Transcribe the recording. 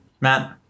Matt